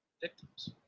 victims